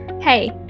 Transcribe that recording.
Hey